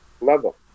level